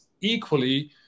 equally